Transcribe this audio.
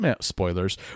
spoilers